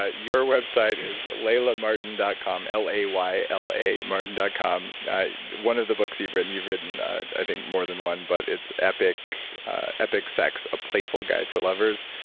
ah your website is laylamartin dot com. l a y l a martin dot com one of the books you've written you've written, i think, more than one, but it's epic epic sex a playful guide for loves.